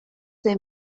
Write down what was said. they